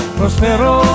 Prospero